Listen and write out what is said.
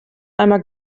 einmal